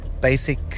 basic